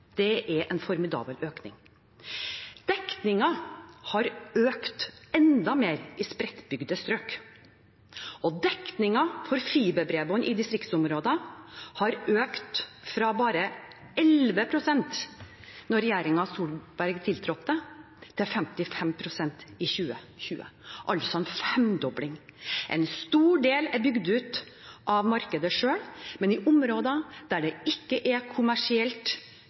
Det er en formidabel økning. Dekningen har økt enda mer i spredtbygde strøk, og dekningen for fiberbredbånd i distriktsområder har økt fra bare 11 pst. da regjeringen Solberg tiltrådte, til 55 pst. i 2020, altså en femdobling. En stor del er bygd ut av markedet selv, men i områder der det ikke er kommersielt